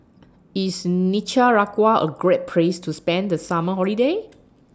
IS Nicaragua A Great Place to spend The Summer Holiday